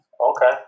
Okay